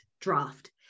draft